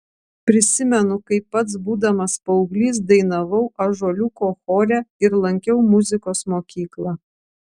prisimenu kaip pats būdamas paauglys dainavau ąžuoliuko chore ir lankiau muzikos mokyklą